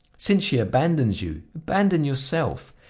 since she abandons you, abandon yourself!